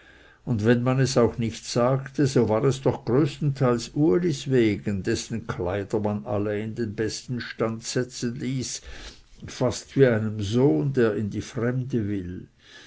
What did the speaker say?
und wenn man es auch nicht sagte so war es doch größtenteils ulis wegen dessen kleider man alle in den besten stand setzen ließ fast wie einem sohn der in die fremde will